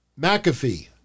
McAfee